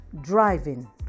driving